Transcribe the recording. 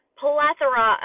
plethora